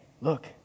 look